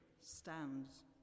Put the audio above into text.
stands